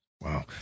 Wow